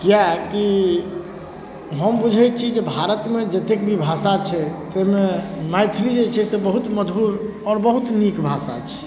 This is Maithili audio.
किएक कि हम बुझै छी जे भारतमे जतेक भी भाषा छै तैमे मैथिली जे छै से बहुत मधुर आओर बहुत नीक भाषा छै